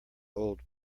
old